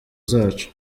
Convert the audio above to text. zacu